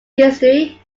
history